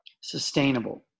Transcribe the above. sustainable